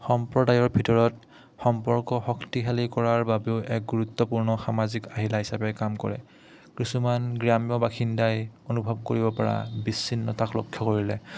সম্প্ৰদায়ৰ ভিতৰত সম্পৰ্ক শক্তিশালী কৰাৰ বাবেও এক গুৰুত্বপূৰ্ণ সামাজিক আহিলা হিচাপে কাম কৰে কিছুমান গ্ৰাম্য বাসিন্দাই অনুভৱ কৰিব পৰা বিচ্ছিন্নতাক লক্ষ্য কৰিলে